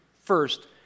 first